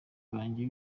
banjye